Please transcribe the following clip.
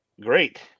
great